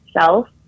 self